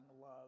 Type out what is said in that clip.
love